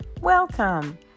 Welcome